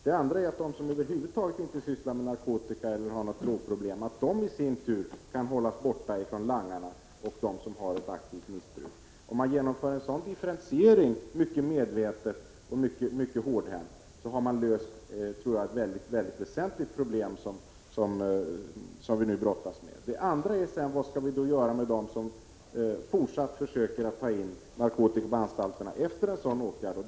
Det andra är att de som över huvud taget inte sysslar med narkotika eller har några drogproblem kan hållas borta från langarna och dem som har ett aktivt missbruk. Om man genomför en sådan differentiering mycket medvetet och mycket hårdhänt, tror jag att man har löst ett mycket väsentligt problem som vi nu brottas med. Sedan gäller det: Vad skall vi göra med dem som fortsatt försöker ta in narkotika på anstalterna, efter dessa åtgärder?